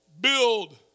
build